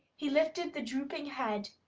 he lifted the drooping head,